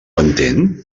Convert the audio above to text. entén